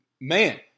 Man